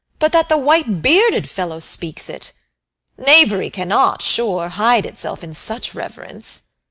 but that the white-bearded fellow speaks it knavery cannot, sure, hide itself in such reverence.